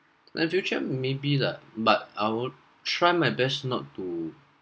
my future maybe lah but I will try my best not to